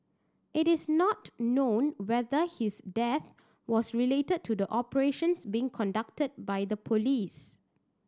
it is not known whether his death was related to the operations being conducted by the police